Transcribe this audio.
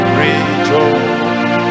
rejoice